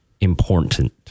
important